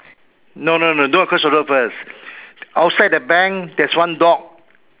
no no no don't cross the road first outside the bank there's one dog